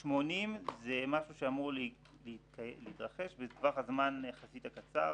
80 זה משהו שאמור להתרחש בטווח זמן קצר יחסית.